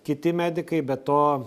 kiti medikai be to